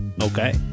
Okay